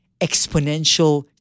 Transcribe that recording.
exponential